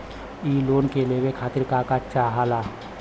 इ लोन के लेवे खातीर के का का चाहा ला?